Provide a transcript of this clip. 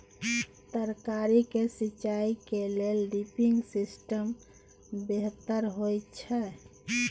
तरकारी के सिंचाई के लेल ड्रिपिंग सिस्टम बेहतर होए छै?